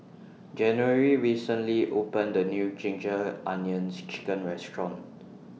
January recently opened The New Ginger Onions Chicken Restaurant